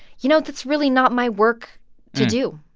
you know, that's really not my work to do.